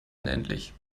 unendlich